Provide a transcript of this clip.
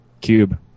Cube